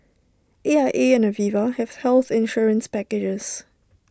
A I A and Aviva have health insurance packages